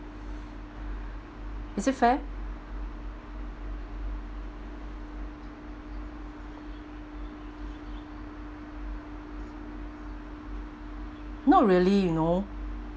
is it fair not really you know